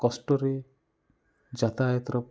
କଷ୍ଟରେ ଯାତାୟାତର